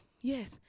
Yes